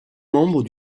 membre